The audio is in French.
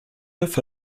neuf